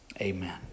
Amen